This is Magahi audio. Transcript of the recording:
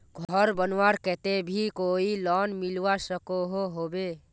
घोर बनवार केते भी कोई लोन मिलवा सकोहो होबे?